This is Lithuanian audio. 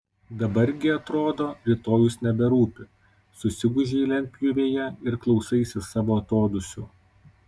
dabar gi atrodo rytojus neberūpi susigūžei lentpjūvėje ir klausaisi savo atodūsių